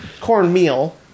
Cornmeal